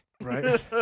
Right